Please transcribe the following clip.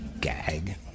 GAG